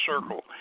circle